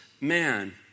man